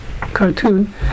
cartoon